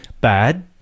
bad